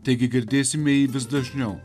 taigi girdėsime jį vis dažniau